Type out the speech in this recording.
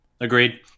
Agreed